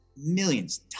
millions